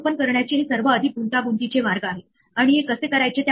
तर आपण फंक्शन कॉल्ज़च्या सिक्वेन्स नुसार मागे परत जाऊन एरर परत करणार आहोत